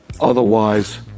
Otherwise